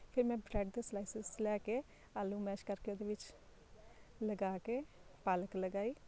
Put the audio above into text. ਫਿਰ ਮੈਂ ਬਰੈਡ ਦੇ ਸਲਾਈਸਿਸ ਲੈ ਕੇ ਆਲੂ ਮੈਸ਼ ਕਰਕੇ ਉਹਦੇ ਵਿੱਚ ਲਗਾ ਕੇ ਪਾਲਕ ਲਗਾਈ